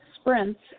sprints